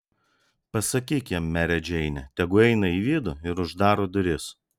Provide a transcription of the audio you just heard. pasakyk jam mere džeine tegu eina į vidų ir uždaro duris